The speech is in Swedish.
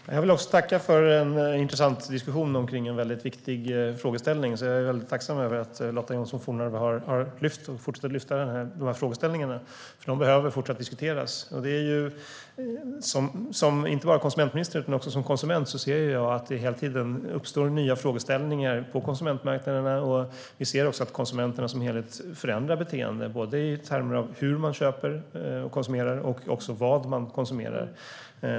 Fru talman! Jag vill tacka för en intressant diskussion om en viktig fråga. Jag är därför tacksam för att Lotta Johnsson Fornarve har lyft upp frågan och kommer att fortsätta att göra så. Den behöver diskuteras även i fortsättningen. Inte bara som konsumentminister utan också som konsument ser jag att det hela tiden uppstår nya frågor på konsumentmarknaderna. Vi ser att konsumenterna som helhet förändrar beteende i termer av hur de köper och konsumerar och vad de konsumerar.